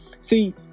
See